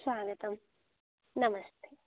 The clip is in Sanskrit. स्वागतं नमस्ते